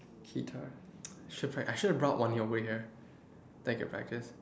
guitar I should have brought one over here then can practice